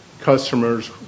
customers